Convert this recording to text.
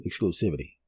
exclusivity